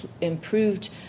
improved